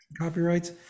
copyrights